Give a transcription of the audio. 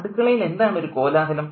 അടുക്കളയിൽ എന്താണ് ഒരു കോലാഹലം